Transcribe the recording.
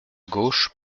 gauche